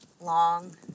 long